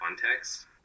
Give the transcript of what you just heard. context